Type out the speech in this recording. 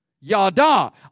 Yada